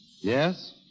Yes